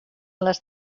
les